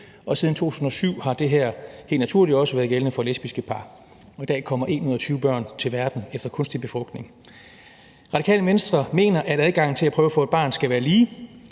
og siden 2007 har det helt naturligt også været gældende for lesbiske par. I dag kommer 1 ud af 20 børn til verden efter kunstig befrugtning. Radikale Venstre mener, at adgangen til at prøve at få et barn skal være lige.